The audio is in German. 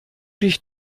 dich